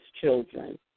children